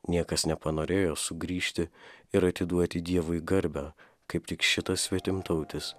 niekas nepanorėjo sugrįžti ir atiduoti dievui garbę kaip tik šitas svetimtautis